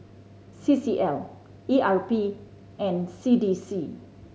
C C L E R P and C D C